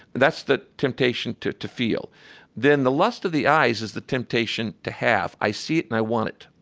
that's the temptation to to feel then the lust of the eyes is the temptation to have. i see it and i want it.